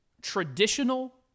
traditional